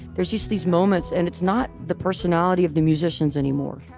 there's just these moments, and it's not the personality of the musicians anymore.